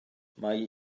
mae